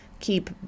keep